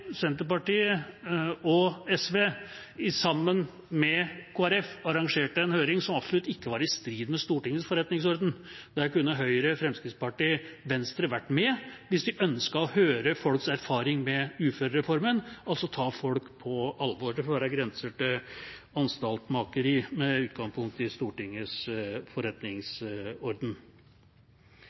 Senterpartiet og SV sammen med Kristelig Folkeparti arrangerte en høring som absolutt ikke var i strid med Stortingets forretningsorden. Der kunne Høyre, Fremskrittspartiet og Venstre vært med hvis de ønsket å høre folks erfaring med uførereformen og ta folk på alvor. Det får være grenser for anstaltmakeri med utgangspunkt i Stortingets forretningsorden.